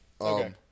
Okay